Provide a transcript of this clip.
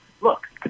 Look